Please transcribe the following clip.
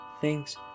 thanks